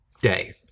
day